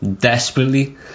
desperately